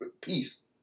peace